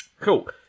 Cool